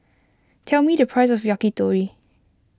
tell me the price of Yakitori